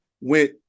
Went